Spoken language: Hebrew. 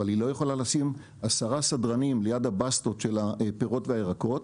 אבל היא לא יכולה לשים 10 סדרנים ליד הבסטות של הפירות והירקות.